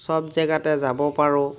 চব জেগাতে যাব পাৰোঁ